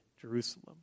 Jerusalem